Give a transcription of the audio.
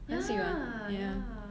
ya ya